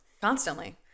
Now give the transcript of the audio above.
Constantly